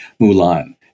mulan